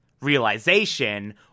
realization